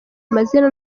amazina